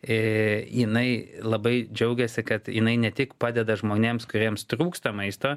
ir jinai labai džiaugiasi kad jinai ne tik padeda žmonėms kuriems trūksta maisto